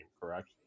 correct